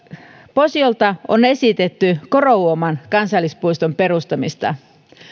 posiolta on esitetty korouoman kansallispuiston perustamista